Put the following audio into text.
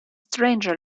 stranger